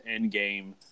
Endgame